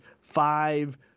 five